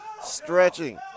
stretching